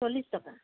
চল্লিছ টকা